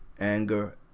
anger